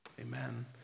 Amen